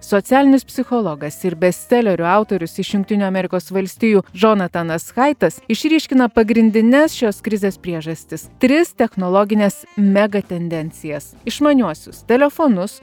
socialinis psichologas ir bestselerių autorius iš jungtinių amerikos valstijų džonatanas haitas išryškina pagrindines šios krizės priežastis tris technologines mega tendencijas išmaniuosius telefonus